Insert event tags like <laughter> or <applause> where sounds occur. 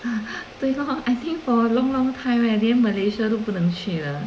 <laughs> 对 lor I think for a long long time eh 连 Malaysia 都不能去了